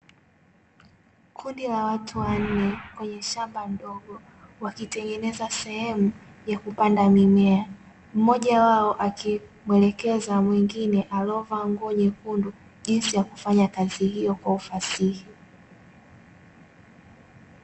Kundi la watu wanne kwenye shamba ndogo wakitengeneza sehemu ya kupanda mimea, mmoja wao akimwelekeza mwingine alovaa nguo nyekundu jinsi ya kufanya kazi hiyo kwa ufasahi.